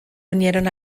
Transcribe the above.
unieron